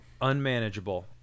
unmanageable